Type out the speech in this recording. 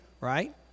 Right